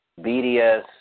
BDS